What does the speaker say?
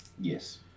Yes